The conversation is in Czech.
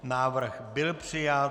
Návrh byl přijat.